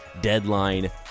deadline